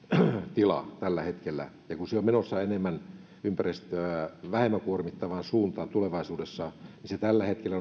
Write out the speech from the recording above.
tilaa tällä hetkellä ja se on menossa enemmän ympäristöä vähemmän kuormittavaan suuntaan tulevaisuudessa kun tällä hetkellä